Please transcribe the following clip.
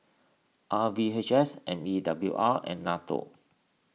R V H S M E W R and Nato